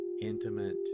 intimate